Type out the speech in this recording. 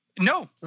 no